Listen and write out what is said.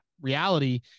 reality